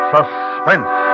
Suspense